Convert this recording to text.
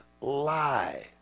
lie